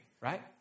right